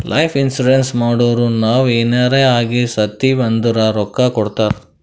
life insurance ಮಾಡುರ್ ನಾವ್ ಎನಾರೇ ಆಗಿ ಸತ್ತಿವ್ ಅಂದುರ್ ರೊಕ್ಕಾ ಕೊಡ್ತಾರ್